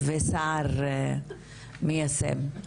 וסער מיישם.